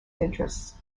interests